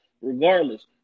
regardless